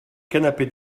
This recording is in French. canapé